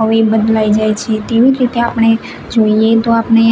હવે બદલાઈ જાય છે તેવી રીતે આપણે જોઈએ તો આપણે